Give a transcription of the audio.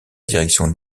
direction